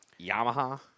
Yamaha